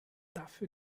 dafür